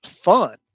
fun